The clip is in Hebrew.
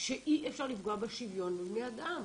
שאי-אפשר לפגוע בשוויון בבני אדם.